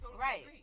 Right